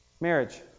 Marriage